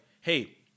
hey